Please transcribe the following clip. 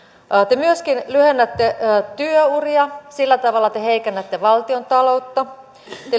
te myöskin lyhennätte työuria sillä tavalla te heikennätte valtiontaloutta te